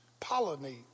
Pollinate